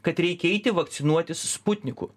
kad reikia eiti vakcinuotis sputniku